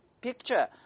picture